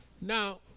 Now